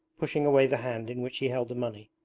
pushing away the hand in which he held the money.